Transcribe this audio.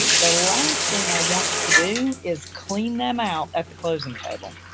and the last thing i want to do is clean them out at the closing table.